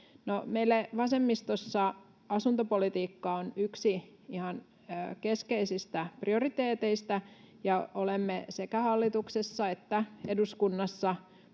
meille vasemmistossa asuntopolitiikka on yksi ihan keskeisistä prioriteeteista, ja olemme sekä hallituksessa että eduskunnassa